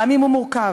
גם אם הוא מורכב,